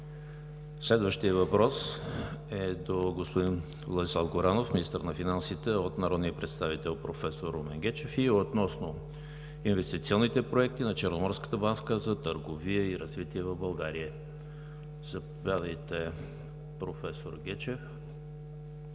Следващият въпрос е до господин Владислав Горанов – министър на финансите, от народния представител професор Румен Гечев относно инвестиционните проекти на Черноморската банка за търговия и развитие в България. Заповядайте, професор Гечев